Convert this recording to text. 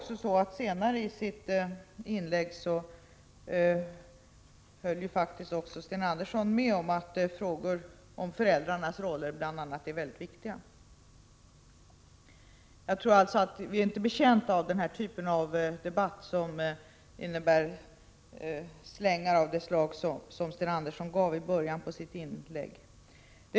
Senare i sitt inlägg höll faktiskt Sten Andersson med om att frågan om föräldrarnas roll är väldigt viktig. Jag tror inte att vi är betjänta av en debatt med slängar av det slag som Sten Andersson gav i början av sitt inlägg.